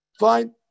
fine